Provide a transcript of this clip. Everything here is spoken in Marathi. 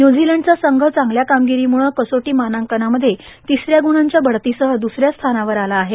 व्यूझीलंडचा संघ चांगल्या कामगिरीमुळं कसोटी मानांकनांमध्ये तीन गुणांच्या बढतीसह द्रसऱ्या स्थानावर आला आहे